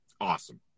Awesome